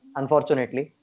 unfortunately